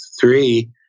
three